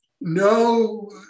no